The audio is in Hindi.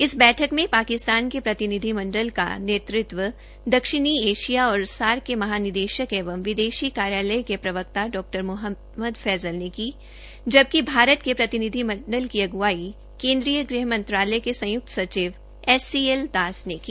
इस बैठक में पाकिस्तान के प्रतिनिधिमंडल का नेतृत्व दक्षिणी एशिया और सार्क के महानिदेशक एवं विदेशी कार्यालय के प्रवक्ता डा मुहम्मद फैज़ल ने की जबकि भारत प्रतिनिधिमंडल के अगुवाई केन्द्रीय गृह मंत्रालय के संयुक्त सचिव एस सी एल दास ने की